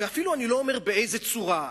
ואני אפילו לא אומר באיזו צורה,